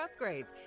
upgrades